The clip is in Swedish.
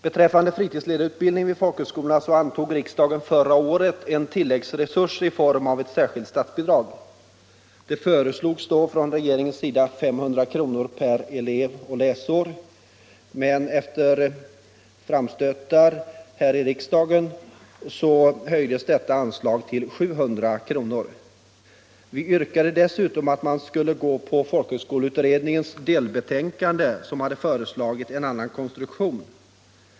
Beträffande fritidsledarutbildningen vid folkhögskolorna antog riksdagen förra året en tilläggsresurs i form av ett särskilt statsbidrag. Det föreslogs då från regeringens sida 500 kr. per elev och läsår, men efter framstötar från folkpartiet här i riksdagen höjdes detta anslag till 700 kr. Vi yrkade dessutom att man skulle gå på folkhögskoleutredningens delbetänkande som föreslagit en annan konstruktion.